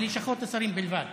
ללשכות השרים בלבד.